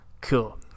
cool